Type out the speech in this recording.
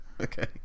okay